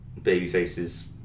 babyfaces